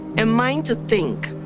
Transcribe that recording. a mind to think.